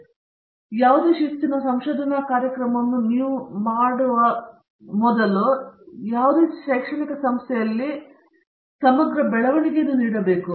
ಹಾಗಾಗಿ ಯಾವುದೇ ಶಿಸ್ತಿನ ಸಂಶೋಧನಾ ಕಾರ್ಯಕ್ರಮವನ್ನು ನೀವು ಮಾಡುವ ಯಾವುದೇ ಶೈಕ್ಷಣಿಕ ಸಂಸ್ಥೆಯಲ್ಲಿ ನೀವು ಸಮಗ್ರ ಬೆಳವಣಿಗೆಯನ್ನು ನೀಡಬೇಕು